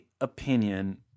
opinion